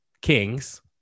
kings